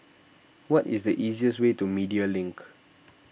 what is the easiest way to Media Link